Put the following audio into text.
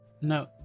No